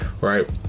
right